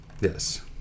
Yes